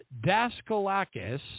Daskalakis